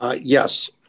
Yes